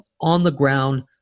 on-the-ground